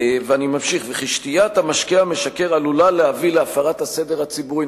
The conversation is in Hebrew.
ואני ממשיך: "וכי שתיית המשקה המשכר עלולה להביא להפרת הסדר הציבורי",